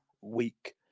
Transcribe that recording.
Week